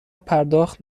پرداخت